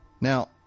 Now